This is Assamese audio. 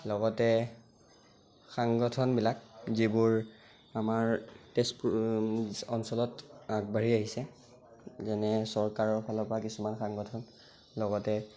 লগতে সাংগঠনবিলাক যিবোৰ আমাৰ তেজপুৰ অঞ্চলত আগবাঢ়ি আহিছে যেনে চৰকাৰৰ ফালৰপৰা কিছুমান সাংগঠন লগতে